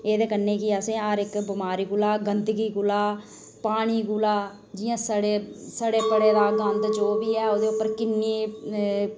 एह्दे कन्नै केह् कि असें हर इक्क बमारी कोला गंदगी कोला पानी कोला जि'यां सड़े दा गंद जो बी ऐ ओह्दे पर किन्ने